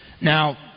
Now